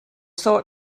sought